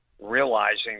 realizing